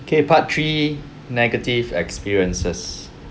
K part three negative experiences